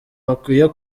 bakwiye